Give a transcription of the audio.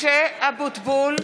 משה אבוטבול,